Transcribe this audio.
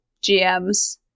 GMs